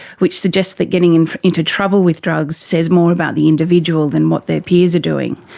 which suggests that getting into into trouble with drugs says more about the individual than what their peers are doing.